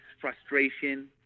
frustration